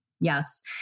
Yes